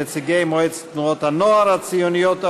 נציגי מועצת תנועות הנוער הציוניות העולמיות,